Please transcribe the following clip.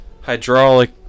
hydraulic